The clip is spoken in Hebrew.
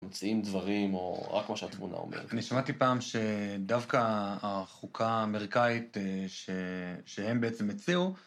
מציעים דברים או רק מה שהתבונה אומרת. אני שמעתי פעם שדווקא החוקה האמריקאית שהם בעצם הציעו...